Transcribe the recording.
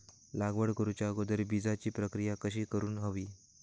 लागवड करूच्या अगोदर बिजाची प्रकिया कशी करून हवी?